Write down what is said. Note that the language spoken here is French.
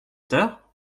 d’heure